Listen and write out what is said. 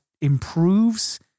improves